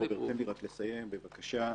תן לי לסיים, בבקשה.